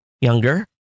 younger